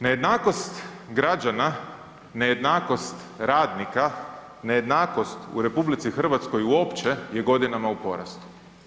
Nejednakost građana, nejednakost radnika, nejednakost u RH uopće je godinama u porastu.